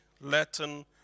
Latin